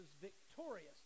victorious